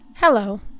Hello